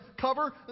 cover